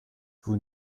vous